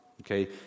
Okay